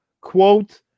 quote